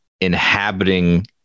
inhabiting